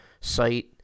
site